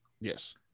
yes